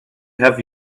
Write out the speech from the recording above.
have